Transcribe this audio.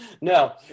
No